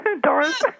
Doris